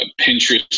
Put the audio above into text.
Pinterest